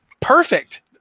Perfect